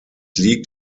liegt